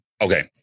Okay